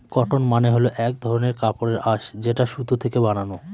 cotton মানে হল এক ধরনের কাপড়ের আঁশ যেটা সুতো থেকে বানানো